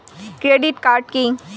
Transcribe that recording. Credit card key?